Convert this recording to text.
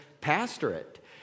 pastorate